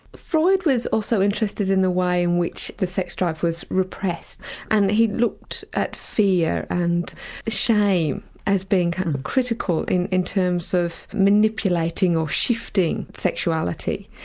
freud was also interested in the way in which the sex drive was repressed and he looked at fear and shame as being kind of critical in in terms of manipulating or shifting sexuality.